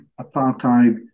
apartheid